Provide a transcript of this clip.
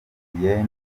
julienne